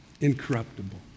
incorruptible